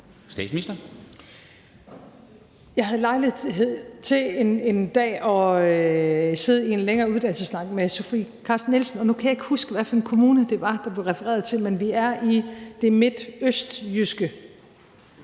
havde en dag lejlighed til at sidde i en længere uddannelsessnak med fru Sofie Carsten Nielsen, og nu kan jeg ikke huske, hvad for en kommune, der blev refereret til, men vi er i det midt-øst-jyske.